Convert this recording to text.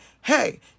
hey